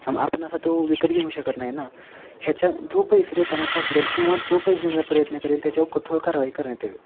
आपण असा तो विकत घेऊ शकत नाही ना याच्यात जो पैसे देताना सापडेल किंवा जो पैसे देण्याचा प्रयत्न करेल त्याच्यावर कठोर कारवाई करण्यात यावी